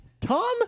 Tom